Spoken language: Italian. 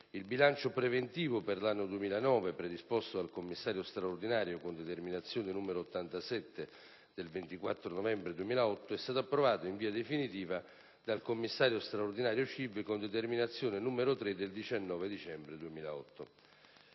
Il bilancio preventivo per l'anno 2009, predisposto dal commissario straordinario con determinazione n. 87 del 24 novembre 2008, è stato approvato in via definitiva dal commissario straordinario del Consiglio di indirizzo